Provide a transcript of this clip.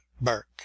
burke